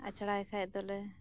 ᱟᱪᱷᱟᱲᱟᱭ ᱠᱷᱟᱡ ᱫᱚᱞᱮ